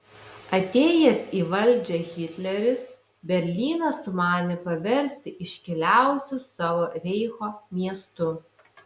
atėjęs į valdžią hitleris berlyną sumanė paversti iškiliausiu savo reicho miestu